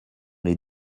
les